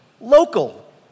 local